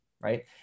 right